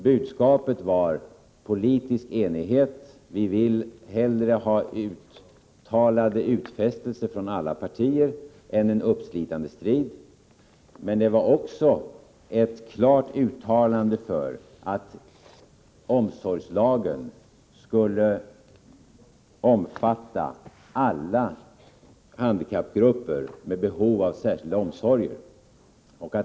Budskapet var: Politisk enighet — vi vill hellre ha uttalade utfästelser från alla partier än en uppslitande strid. Men det var också ett klart uttalande för att omsorgslagen skulle omfatta alla handikappgrupper med behov av särskilda omsorger.